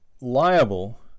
liable